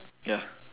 ya